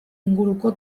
inguruko